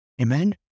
Amen